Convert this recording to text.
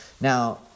Now